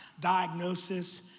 diagnosis